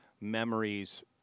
memories